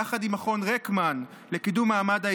יחד עם מכון רקמן לקידום מעמד האישה.